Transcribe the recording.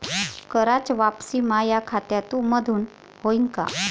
कराच वापसी माया खात्यामंधून होईन का?